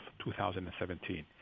2017